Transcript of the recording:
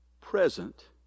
present